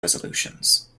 resolutions